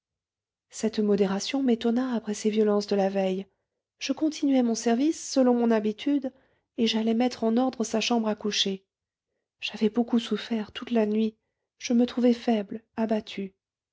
cette modération m'étonna après ses violences de la veille je continuai mon service selon mon habitude et j'allai mettre en ordre sa chambre à coucher j'avais beaucoup souffert toute la nuit je me trouvais faible abattue